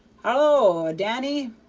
halloa, danny!